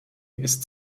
ist